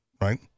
Right